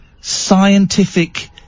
scientific